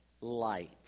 Light